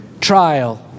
trial